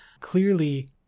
clearly